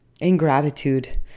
ingratitude